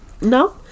No